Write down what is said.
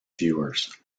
viewers